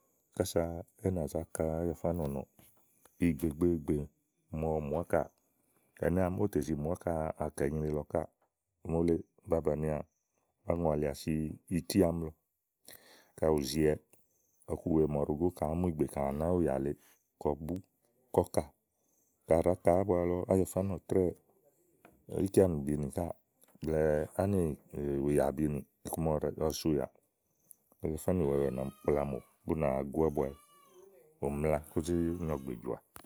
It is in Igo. kása é nà záka Ájafá nɔ̀nɔɔ. ìgbè gbe ègbè màa ɔwɔ mù ákà ɛnɛ́ àámi ówo tè zi mù áka akà inyre lɔ káà mòole ba bànià aŋualià si ití áàmi lɔ ka ù ziwɛ kaɖi àá mu ìgbè kaɖi à nàányi ùyà lèe káà, kɔ bú kɔ kàkaɖi à ɖàá ka ábua lɔ Ájafá nɔ̀trɛ́ɛ̀ íkeanì bìinì káà blɛ̀ɛ ánùyà bùnì ígbɔ ɔwɔ gagla si ùyá tè Ájafá nì wɛwɛ na kpla mò wanìà búná yu ábuaɔwɛ ù mla kózó nyo ɔ̀gbèjɔ̀à.